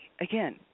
Again